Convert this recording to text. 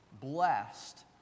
blessed